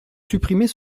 supprimer